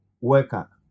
worker